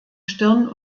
stirn